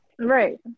Right